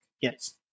Yes